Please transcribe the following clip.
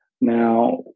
Now